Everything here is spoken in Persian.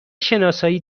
شناسایی